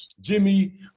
Jimmy